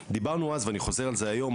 דיברנו אז ואני חוזר על זה היום,